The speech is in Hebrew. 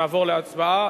ונעבור להצבעה.